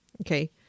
okay